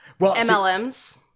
MLMs